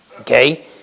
Okay